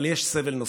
אבל יש סבל נוסף,